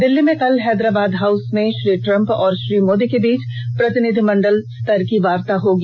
दिल्ली में कल हैदराबाद हाउस में श्री ट्रम्प और श्री मोदी के बीच प्रतिनिधिमंडल स्तर की वार्ता होगी